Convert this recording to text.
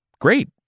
great